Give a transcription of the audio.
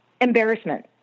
embarrassment